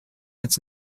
its